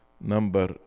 number